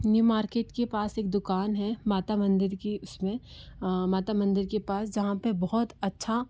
new market के पास एक दुकान है माता मंदिर की उसमें माता मंदिर के पास जहाँ पर बहुत अच्छा